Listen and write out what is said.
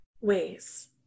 ways